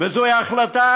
וזוהי החלטה,